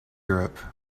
europe